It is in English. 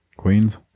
Queens